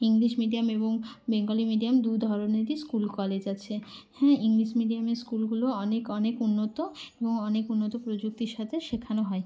English medium এবং Bengali medium দু ধরনেরই স্কুল কলেজ আছে হ্যাঁ ইংলিশ মিডিয়ামের স্কুলগুলো অনেক অনেক উন্নত এবং অনেক উন্নত প্রযুক্তির সাথে শেখানো হয়